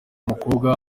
mukobwa